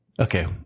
Okay